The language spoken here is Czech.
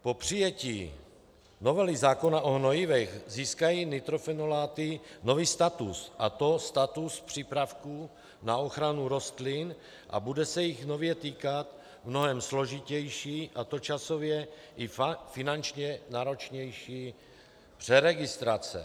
Po přijetí novely zákona o hnojivech získají nitrofenoláty nový status, a to status přípravků na ochranu rostlin, a bude se jich nově týkat mnohem složitější a časově i finančně náročnější přeregistrace.